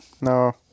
No